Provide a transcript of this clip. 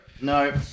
no